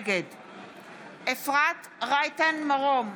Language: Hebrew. נגד אפרת רייטן מרום,